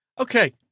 okay